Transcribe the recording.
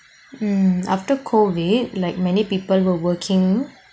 hmm after COVID like many people were working